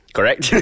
Correct